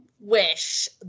wish